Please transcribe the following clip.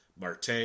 Marte